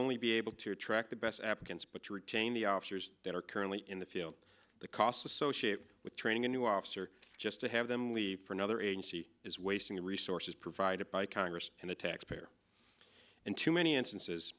only be able to attract the best applicants but to retain the officers that are currently in the field the costs associated with training a new office or just to have them leave for another agency is wasting the resources provided by congress and the taxpayer and to many instances